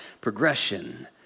progression